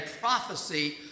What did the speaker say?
prophecy